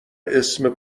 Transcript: اسم